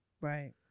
Right